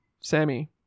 Sammy